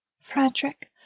frederick